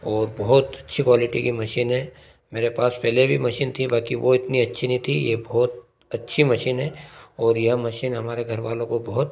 और बहुत अच्छी क्वालिटी की मशीन है मेरे पास पहले भी मशीन थी बाकी वो इतनी अच्छी नहीं थी ये बहुत अच्छी मशीन है और यह मशीन हमारे घरवालों को बहुत